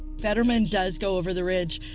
fetterman does go over the ridge.